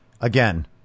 Again